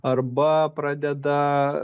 arba pradeda